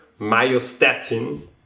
myostatin